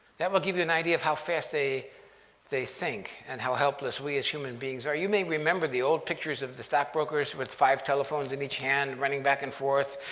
that will give you an idea of how fast they they think and how helpless we, as human beings, are. you may remember the old pictures of the stock brokers with five telephones in each hand, running back and forth,